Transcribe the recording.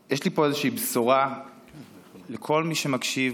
יש לי פה איזושהי בשורה לכל מי שמקשיב,